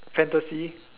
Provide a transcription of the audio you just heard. fantasy